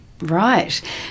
Right